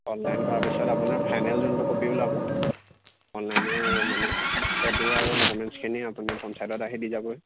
online কৰাৰ পিছত আপোনাৰ ফাইনেল যোনটো কপি ওলাব অনলাইনৰ মানে সেইটো আৰু ডকুমেণ্টছখিনি আপুনি পঞ্চায়তত আহি দি যাবহি